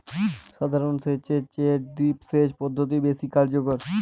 সাধারণ সেচ এর চেয়ে ড্রিপ সেচ পদ্ধতি বেশি কার্যকর